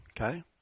Okay